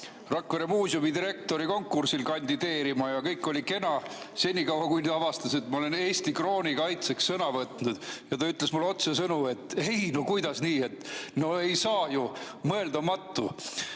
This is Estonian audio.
Rakvere muuseumi direktori konkursile kandideerima ja kõik oli kena, senikaua kui ta avastas, et ma olen Eesti krooni kaitseks sõna võtnud. Ta ütles mulle otsesõnu: "Ei, no kuidas nii, no ei saa ju, mõeldamatu,